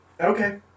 Okay